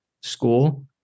school